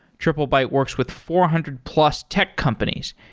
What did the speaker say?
triplebyte works with four hundred plus tech companies,